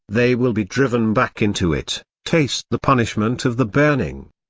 they will be driven back into it taste the punishment of the burning!